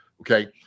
okay